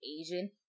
Asian